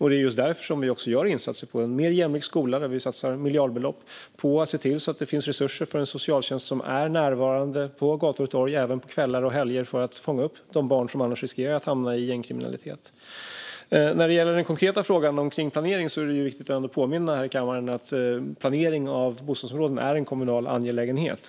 Det är just därför vi gör insatser för en mer jämlik skola. Vi satsar miljardbelopp på att se till att det finns resurser för en socialtjänst som är närvarande på gator och torg även på kvällar och helger, för att fånga upp de barn som annars riskerar att hamna i gängkriminalitet. När det gäller den konkreta frågan om kringplanering är det viktigt att påminna här i kammaren om att planering av bostadsområden är en kommunal angelägenhet.